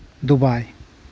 Dubai